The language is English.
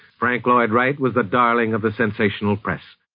frank lloyd wright was the darling of a sensational press.